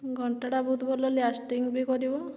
ଘଣ୍ଟାଟା ବହୁତ ଭଲ ଲାଷ୍ଟିଙ୍ଗ୍ ବି କରିବ